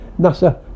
Nasa